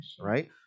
right